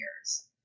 years